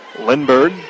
Lindbergh